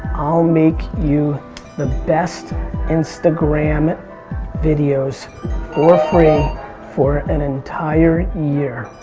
i'll make you the best instagram and videos for free for an entire year.